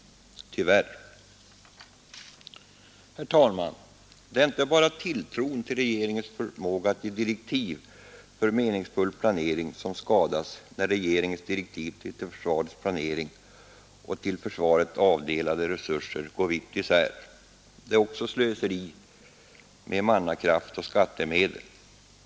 Tyvärr! Herr talman! Det är inte bara tilltron till regeringens förmåga att ge direktiv för meningsfull planering som skadas, när regeringens direktiv om försvarets planering och till försvaret avdelade resurser går vitt isär Det är också slöseri med mannakraft och skattemedel.